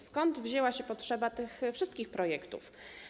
Skąd wzięła się potrzeba tych wszystkich projektów?